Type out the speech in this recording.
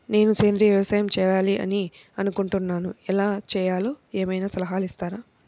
నేను సేంద్రియ వ్యవసాయం చేయాలి అని అనుకుంటున్నాను, ఎలా చేయాలో ఏమయినా సలహాలు ఇస్తారా?